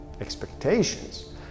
Expectations